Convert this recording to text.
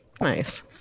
Nice